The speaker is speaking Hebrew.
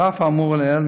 על אף האמור לעיל,